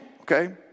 Okay